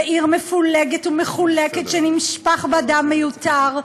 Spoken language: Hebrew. בעיר מפולגת ומחולקת שנשפך בה דם מיותר,